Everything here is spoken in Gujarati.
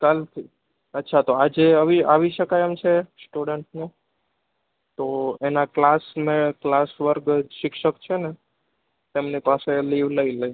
કાલથી અચ્છા તો આજે આવી આવી શકાય એમ છે સ્ટુડન્ટને તો એના ક્લાસને ક્લાસ વર્ગ શિક્ષક છે ને એમની પાસે લીવ લઈ લે